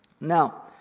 Now